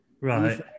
right